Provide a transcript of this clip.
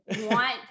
want